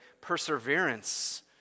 perseverance